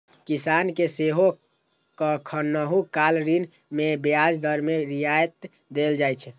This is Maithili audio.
किसान कें सेहो कखनहुं काल ऋण मे ब्याज दर मे रियायत देल जाइ छै